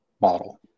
model